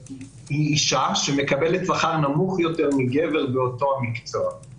אישה שמקבלת שכר נמוך מאשר גבר שעובד במקצוע זהה לשלה.